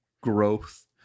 growth